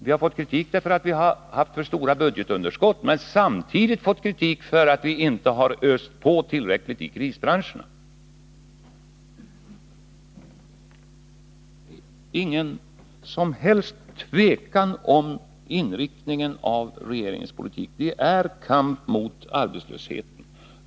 Vi har fått kritik för att vi har haft för stora budgetunderskott men samtidigt fått kritik för att vi inte öst på tillräckligt i krisbranscherna. Det råder ingen som helst tvekan om inriktningen av regeringspolitiken. Vi för en kamp mot arbetslösheten.